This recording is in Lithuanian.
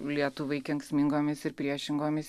lietuvai kenksmingomis ir priešingomis